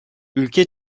ülke